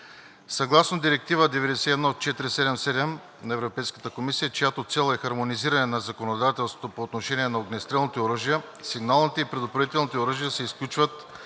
Съгласно Директива 91/477 на Европейската комисия, чиято цел е хармонизиране на законодателството по отношение на огнестрелните оръжия, сигналните и предупредителните оръжия се изключват